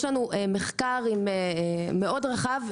יש לנו מחקר מאוד רחב,